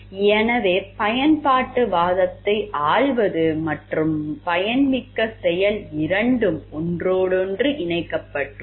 எனவே பயன்பாட்டுவாதத்தை ஆள்வது மற்றும் பயன்மிக்க செயல் இரண்டும் ஒன்றோடொன்று இணைக்கப்பட்டுள்ளன